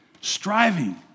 striving